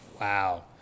Wow